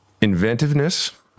inventiveness